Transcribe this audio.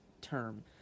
term